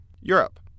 Europe